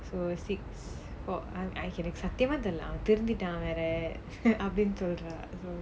so six for எனக்கு சத்தியமா தெரில அவன் திருந்திட்டான் வேற அப்பிடின்னு சொல்ற:ennakku sathiyamaa terila avan thirunthitaan vera appidinnu solra